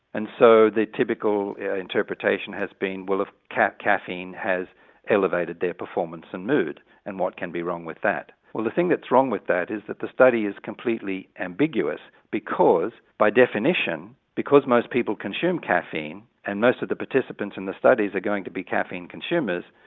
and so the typical interpretation has been well caffeine has elevated their performance and mood and what can be wrong with that? well the thing that's wrong with that is that the study is completely ambiguous because, by definition, because most people consume caffeine, and most of the participants in the studies are going to be caffeine consumers,